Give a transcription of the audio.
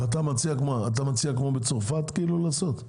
אתה מציע כמו בצרפת לעשות?